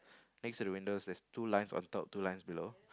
next to the windows there's two lines on top two lines below